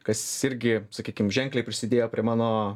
kas irgi sakykim ženkliai prisidėjo prie mano